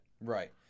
Right